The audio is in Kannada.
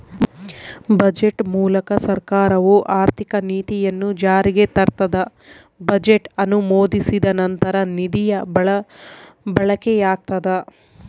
ಬಜೆಟ್ ಮೂಲಕ ಸರ್ಕಾರವು ಆರ್ಥಿಕ ನೀತಿಯನ್ನು ಜಾರಿಗೆ ತರ್ತದ ಬಜೆಟ್ ಅನುಮೋದಿಸಿದ ನಂತರ ನಿಧಿಯ ಬಳಕೆಯಾಗ್ತದ